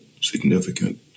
significant